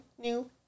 new